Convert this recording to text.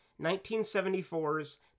1974's